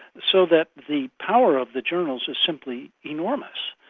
so that the power of the journals is simply enormous.